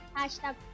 hashtag